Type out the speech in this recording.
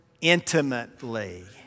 intimately